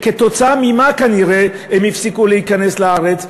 כתוצאה ממה הם הפסיקו להיכנס לארץ?